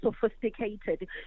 sophisticated